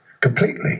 completely